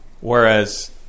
whereas